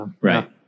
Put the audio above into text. Right